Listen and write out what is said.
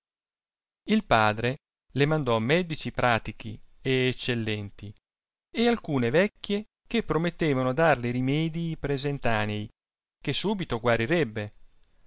il padre le mandò medici pratichi e eccellenti e alcune vecchie che promettevano darle rimedii presentanei che subito guarirebbe